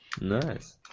Nice